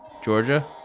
Georgia